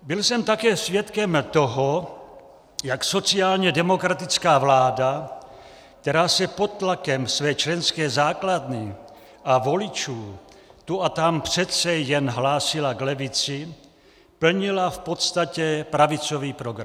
Byl jsem také svědkem toho, jak sociálně demokratická vláda, která se pod tlakem své členské základny a voličů tu a tam přece jen hlásila k levici, plnila v podstatě pravicový program.